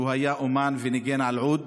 הוא היה אומן וניגן על עוּד.